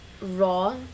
raw